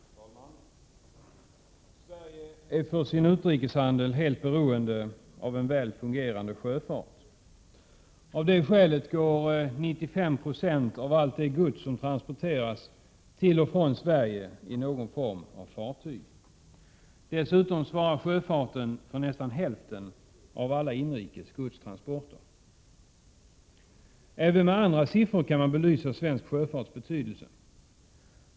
Herr talman! Sverige är för sin utrikeshandel helt beroende av en väl fungerande sjöfart. Av det skälet transporteras 95 96 av allt gods till och från Sverige med någon form av fartyg. Dessutom svarar sjöfarten för nästan hälften av alla inrikes godstransporter. Även med andra siffror kan man belysa svensk sjöfarts betydelse.